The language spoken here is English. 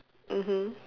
mmhmm